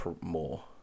more